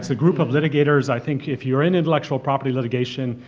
so group of litigators. i think, if you're in intellectual property litigation,